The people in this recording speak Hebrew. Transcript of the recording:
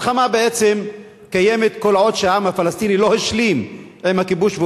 המלחמה בעצם קיימת כל עוד העם הפלסטיני לא השלים עם הכיבוש,